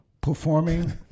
Performing